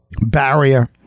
barrier